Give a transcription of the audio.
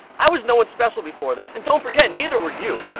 i was no one special before this, and don't forget neither were you.